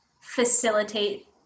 facilitate